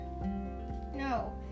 No